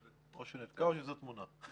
או שזו תמונה.